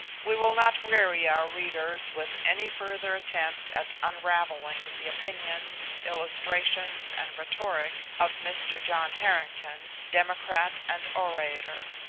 we will not weary our readers with any further attempt at unraveling the opinions, illustrations, and rhetoric of mr. john harrington, democrat and orator.